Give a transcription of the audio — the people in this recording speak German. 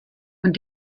und